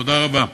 תודה רבה.